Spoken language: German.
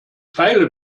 pfeile